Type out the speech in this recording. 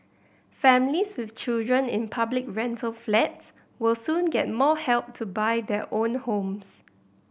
families with children in public rental flats will soon get more help to buy their own homes